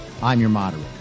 imyourmoderator